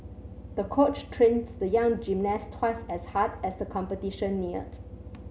the coach trained the young gymnast twice as hard as the competition neared